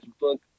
book